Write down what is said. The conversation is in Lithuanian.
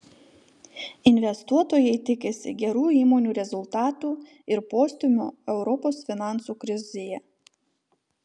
investuotojai tikisi gerų įmonių rezultatų ir postūmio europos finansų krizėje